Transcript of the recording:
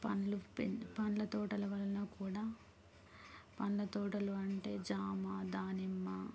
పళ్ళు పెద్ద పళ్ళ తోటల వలన కూడా పళ్ళ తోటలు అంటే జామ దానిమ్మ